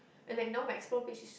and like now my explore page is